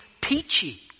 peachy